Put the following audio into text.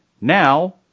now